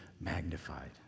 magnified